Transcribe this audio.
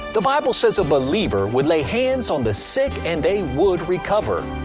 the bible says, a believer would lay hands on the sick and they would recover.